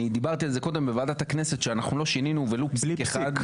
דיברתי על זה קודם בוועדת הכנסת שלא שינינו ולו פסיק אחד.